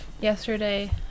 Yesterday